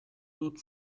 dut